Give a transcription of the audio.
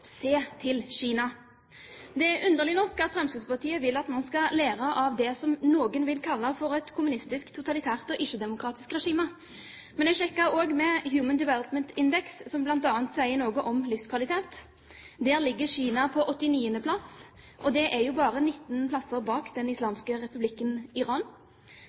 til Kina.» Det er underlig at Fremskrittspartiet vil at man skal lære av det som noen vil kalle for et kommunistisk, totalitært og ikke-demokratisk regime. Jeg sjekket også med Human Development Index som bl.a. sier noe om livskvalitet. Der ligger Kina på 89. plass, og det er jo bare 19 plasser bak den islamske republikken Iran.